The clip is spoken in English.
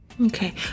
Okay